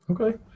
Okay